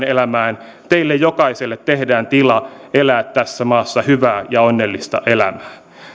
elämään teille jokaiselle tehdään tilaa elää tässä maassa hyvää ja onnellista elämää